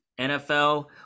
nfl